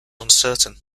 uncertain